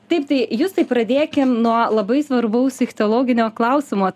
taip tai justai pradėkim nuo labai svarbaus ichtiologinio klausimo